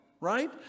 right